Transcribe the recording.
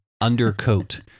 undercoat